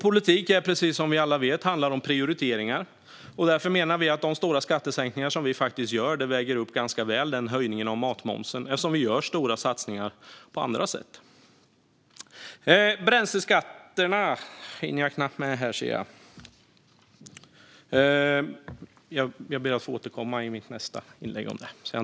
Som vi alla vet handlar politik om prioriteringar. Därför menar vi att de stora skattesänkningar som vi gör ganska väl väger upp höjningen av matmomsen, eftersom vi gör stora satsningar på andra områden. Frågan om bränsleskatterna hinner jag knappt med nu, så jag ber att få återkomma i mitt nästa inlägg.